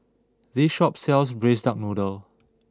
this shop sells Braised Duck Noodle